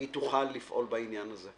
היא תוכל לפעול בעניין הזה.